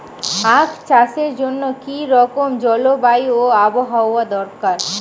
আখ চাষের জন্য কি রকম জলবায়ু ও আবহাওয়া দরকার?